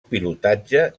pilotatge